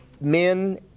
men